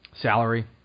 Salary